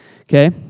Okay